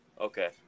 Okay